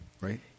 right